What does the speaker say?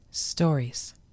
stories